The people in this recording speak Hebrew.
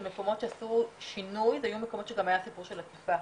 אני רק רוצה להגיד שאומנויות ומקיף סלאמה ממש ממש רוצים לדבר.